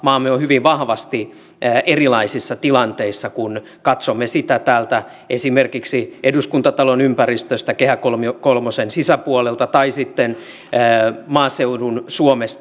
maamme on hyvin vahvasti erilaisissa tilanteissa kun katsomme sitä esimerkiksi täältä eduskuntatalon ympäristöstä kehä kolmosen sisäpuolelta tai sitten maaseudun suomesta